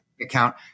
account